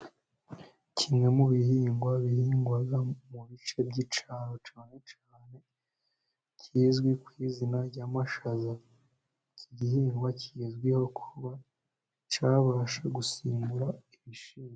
Kimwe mu bihingwa bihingwa mu bice by'icyaro cyane cyane kizwi ku izina ry'amashaza, iki gihingwa kigezweho kuba cyabasha gusimbura ibishyimbo.